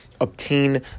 obtain